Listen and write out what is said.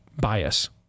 bias